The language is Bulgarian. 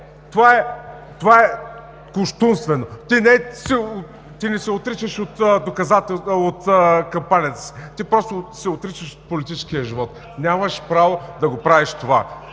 това е кощунствено! Ти не се отричаш от кампанията си (реплики от ОП) – ти просто се отричаш от политическия живот. Нямаш право да го правиш това.